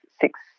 six